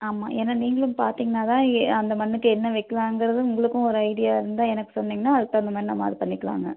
ஆமாம் ஏன்னா நீங்களும் பார்த்தீங்கன்னா தான் அந்த மண்ணுக்கு என்ன வைக்கலாங்கறது உங்களுக்கும் ஒரு ஐடியா இருந்தால் எனக்கு சொன்னிங்கன்னா அதுக்கு தகுந்த மாதிரி நம்ம அதை பண்ணிக்கலாம்ங்க